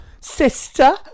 sister